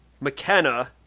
McKenna